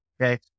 okay